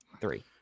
Three